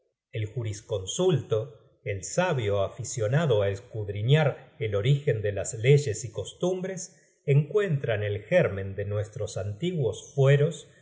el jurisconsulto el sabio aficionado á escudriñar el origen de las leyes y costumbres encuentran el gérmen de nuestros antiguos fueros